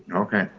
okay.